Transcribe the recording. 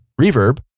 reverb